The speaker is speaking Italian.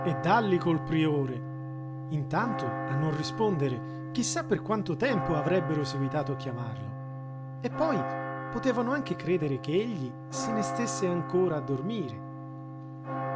e dàlli col priore intanto a non rispondere chi sa per quanto tempo avrebbero seguitato a chiamarlo e poi potevano anche credere che egli se ne stesse ancora a dormire